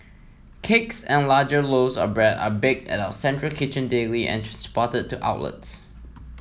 cakes and larger loaves of bread are baked at our central kitchen daily and transported to outlets